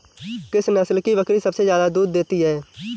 किस नस्ल की बकरी सबसे ज्यादा दूध देती है?